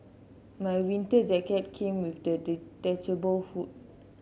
my winter jacket came with the detachable hood